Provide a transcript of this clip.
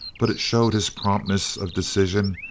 but it showed his promptness of decision,